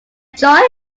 enjoy